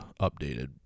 updated